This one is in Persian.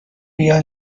بیا